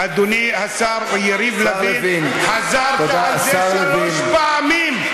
אדוני השר לוין, חזרת על זה שלוש פעמים.